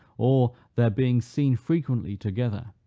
or their being seen frequently together,